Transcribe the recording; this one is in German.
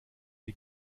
die